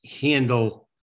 handle